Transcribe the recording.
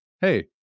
hey